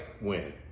win